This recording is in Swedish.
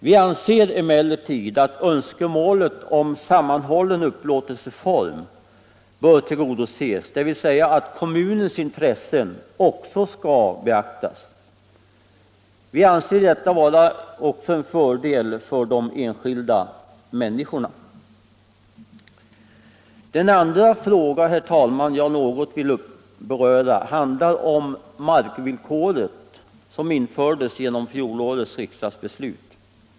Vi anser emellertid att önskemålet om sammanhållen upplåtelseform bör tillgodoses, dvs. att kommunens intressen också skall beaktas. Det är enligt vår mening också en fördel för de enskilda människorna. Den andra fråga, herr talman, som jag något vill beröra handlar om markvillkoret som infördes genom fjolårets riksdagsbeslut.